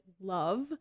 love